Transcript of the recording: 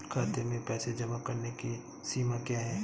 खाते में पैसे जमा करने की सीमा क्या है?